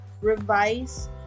Revise